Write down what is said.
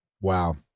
wow